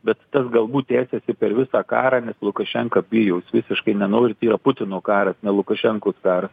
bet tas galbūt tęsiasi per visą karą nes lukašenka bijo jis visiškai nenori putino karas ne lukašenkos karas